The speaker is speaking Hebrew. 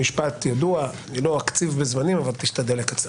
לא אקצוב זמנים, אבל תשתדל לקצר.